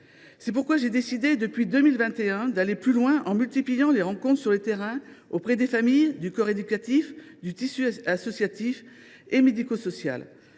C’est pourquoi j’ai décidé, dès 2021, d’aller plus loin en multipliant les rencontres sur le terrain, auprès des familles, du corps éducatif et du tissu associatif et médico social.